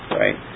right